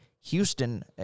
Houston